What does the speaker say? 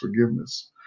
forgiveness